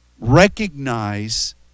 recognize